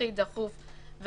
הכי דחוף,